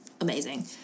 amazing